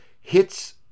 hits